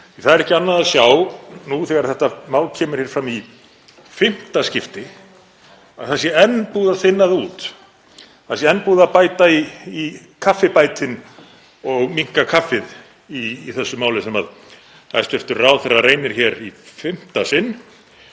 Það er ekki annað að sjá, nú þegar þetta mál kemur hér fram í fimmta skipti, að það sé enn búið að þynna það út, það sé enn búið að bæta í kaffibætinn og minnka kaffið í þessu máli sem hæstv. ráðherra reynir hér í fimmta sinn